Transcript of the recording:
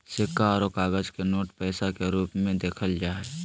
सिक्का आरो कागज के नोट पैसा के रूप मे देखल जा हय